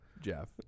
Jeff